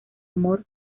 amor